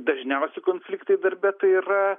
dažniausi konfliktai darbe tai yra